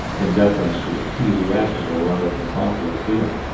in deference to ecclesiastical rather than popular feeling.